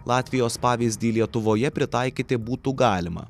latvijos pavyzdį lietuvoje pritaikyti būtų galima